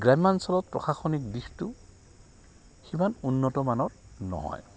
গ্ৰাম্যাঞ্চলত প্ৰশাসনিক দিশটো সিমান উন্নতমানৰ নহয়